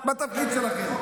בתפקיד שלכם.